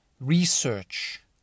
Research